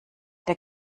der